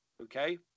Okay